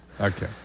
okay